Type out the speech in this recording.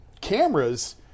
cameras